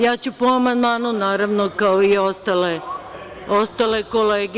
Ja ću po amandmanu, naravno, kao i ostale kolege.